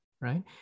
right